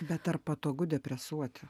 bet ar patogu depresuoti